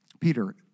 Peter